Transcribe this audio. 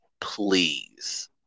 please